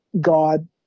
God